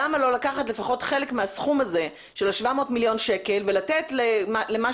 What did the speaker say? למה לא לקחת לפחות חלק מהסכום הזה של ה-700,000,000 ₪ ולתת למה